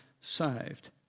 saved